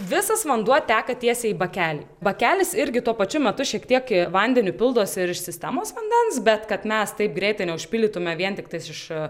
visas vanduo teka tiesiai į bakelį bakelis irgi tuo pačiu metu šiek tiek vandeniu pildosi ir sistemos vandens bet kad mes taip greitai užpildytume vien tiktais iš